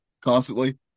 constantly